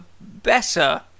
better